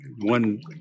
One